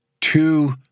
two